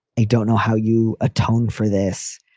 i don't know how you atone for this.